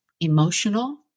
emotional